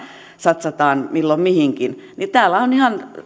satsataan milloin mihinkin täällä on ihan